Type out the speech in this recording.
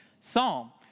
psalm